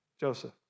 Joseph